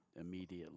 Immediately